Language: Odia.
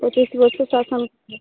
ପଚିଶ୍ ବର୍ଷ ଶାସନ